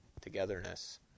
togetherness